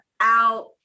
out